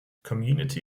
community